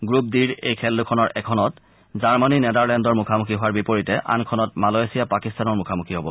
group ডিৰ এই খেল দুখনৰ এখনত জাৰ্মানী নেডাৰলেণ্ডৰ মুখামুখি হোৱাৰ বিপৰীতে আনখনত মালয়েছিয়া পাকিস্তানৰ সন্মুখীন হব